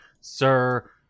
sir